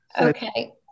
Okay